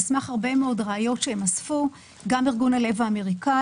על סמך הרבה מאוד ראיות שהם אספו גם ארגון הלב האמריקאי,